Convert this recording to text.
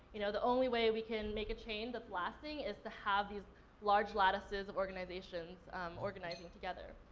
you know, the only way we can make a change lasting is to have these large latices of organizations organizing together.